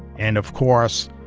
and of course,